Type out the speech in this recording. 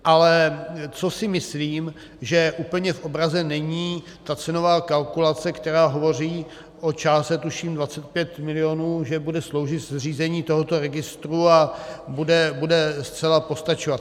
Ale co si myslím, že úplně v obraze není, ta cenová kalkulace, která hovoří o částce, tuším, 25 milionů, že bude sloužit k zřízení tohoto registru a bude zcela postačovat.